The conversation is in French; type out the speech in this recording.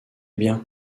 bien